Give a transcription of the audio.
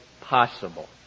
possible